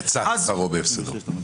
יצא שכרו בהפסדו.